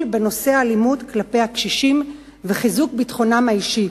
בנושא האלימות כלפי קשישים וחיזוק ביטחונם האישי.